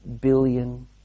billion